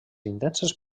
intenses